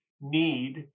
need